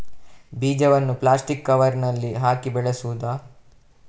ಬೀಜವನ್ನು ಪ್ಲಾಸ್ಟಿಕ್ ಕವರಿನಲ್ಲಿ ಹಾಕಿ ಬೆಳೆಸುವುದಾ?